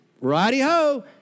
righty-ho